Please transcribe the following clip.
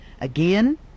Again